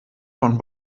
von